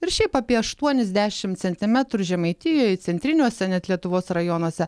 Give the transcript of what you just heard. ir šiaip apie aštuonis dešim centimetrų žemaitijoj centriniuose net lietuvos rajonuose